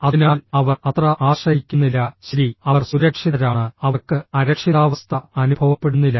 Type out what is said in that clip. അതിനാൽ അവർ അത്ര ആശ്രയിക്കുന്നില്ല ശരി അവർ സുരക്ഷിതരാണ് അവർക്ക് അരക്ഷിതാവസ്ഥ അനുഭവപ്പെടുന്നില്ല